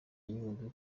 nyungwe